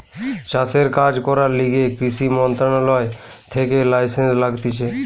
চাষের কাজ করার লিগে কৃষি মন্ত্রণালয় থেকে লাইসেন্স লাগতিছে